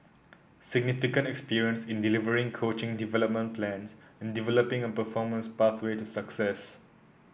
significant experience in delivering coaching development plans and developing a performance pathway to success